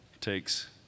takes